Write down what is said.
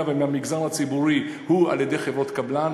ומהמגזר הציבורי הוא על-ידי חברות קבלן,